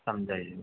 सम्झइ